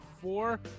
four